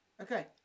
Okay